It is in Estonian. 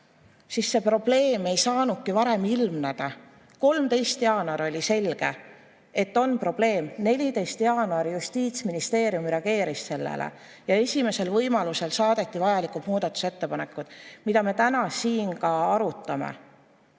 siis see probleem ei saanudki varem ilmneda. 13. jaanuaril oli selge, et on probleem. 14. jaanuaril Justiitsministeerium reageeris sellele ja esimesel võimalusel saadeti teele vajalikud muudatusettepanekud, mida me täna siin arutame.